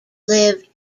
lived